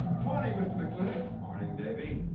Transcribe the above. morning, mr. mclintock. morning, davey.